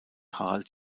harald